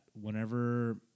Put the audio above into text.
whenever